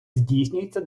здійснюється